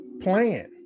plan